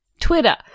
Twitter